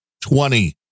twenty